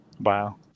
Wow